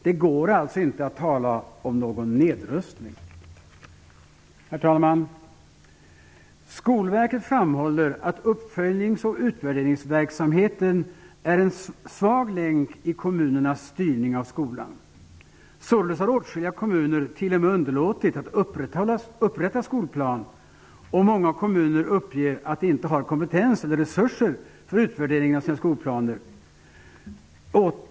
Det går alltså inte att tala om någon nedrustning. Herr talman! Skolverket framhåller att uppföljnings och utvärderingsverksamheten är en svag länk i kommunernas styrning av skolan. Således har åtskilliga kommuner t.o.m. underlåtit att upprätta skolplaner. Många kommuner uppger att de inte har kompetens eller resurser för utvärderingen av sina skolplaner.